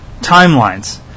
timelines